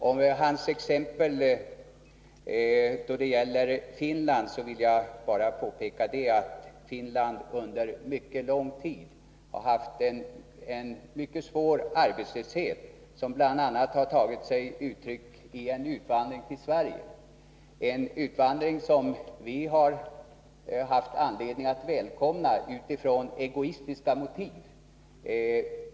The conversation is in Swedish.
Med anledning av det exempel som Hans Petersson anförde då det gäller Finland vill jag bara framhålla att Finland under lång tid har haft en mycket svår arbetslöshet, som bl.a. har tagit sig uttryck i utvandring till Sverige, en utvandring som vi har haft anledning att välkomna utifrån egoistiska motiv.